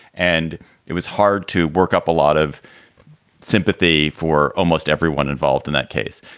and it was hard to work up a lot of sympathy for almost everyone involved in that case.